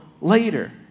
later